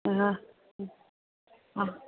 हा हा